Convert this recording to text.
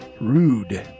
rude